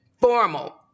formal